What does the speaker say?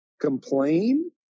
complain